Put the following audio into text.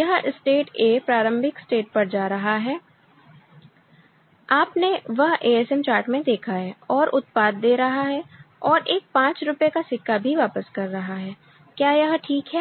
यह state a प्रारंभिक state a पर जा रहा है आपने वह ASM चार्ट में देखा है और उत्पाद दे रहा है और एक 5 रुपए का सिक्का भी वापस कर रहा है क्या यह ठीक है